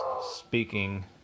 speaking